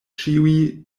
ĉiuj